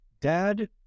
Dad